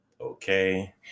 Okay